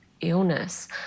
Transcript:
illness